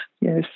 Yes